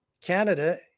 Canada